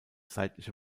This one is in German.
seitliche